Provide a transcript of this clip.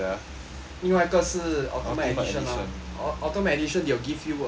另外一个是 ultimate edition mah ul~ ultimate edition they'll give you a like